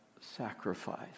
sacrifice